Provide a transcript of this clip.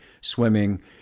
swimming